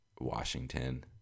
Washington